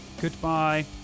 Goodbye